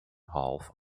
half